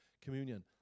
communion